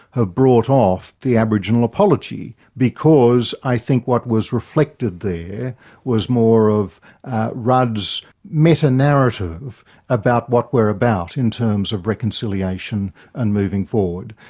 have brought off the aboriginal apology, because i think what was reflected there was more of rudd's metanarrative about what we're about in terms of reconciliation and moving forward,